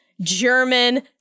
German